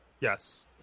Yes